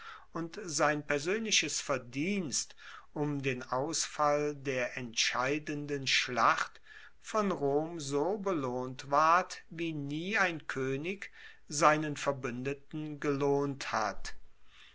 und sein persoenliches verdienst um den ausfall der entscheidenden schlacht von rom so belohnt ward wie nie ein koenig seinen verbuendeten gelohnt hat